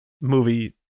movie